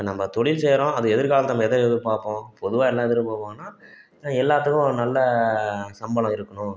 இப்போ நம்ம தொழில் செய்கிறோம் அது எதிர்காலத்தில் எதை எதிர்பார்ப்போம் பொதுவாக என்ன எதிர்பார்ப்போன்னா எல்லாத்துக்கும் நல்ல சம்பளம் இருக்கணும்